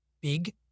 big